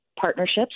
partnerships